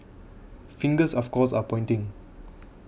fingers of course are pointing